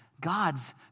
God's